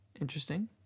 Interesting